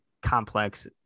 complex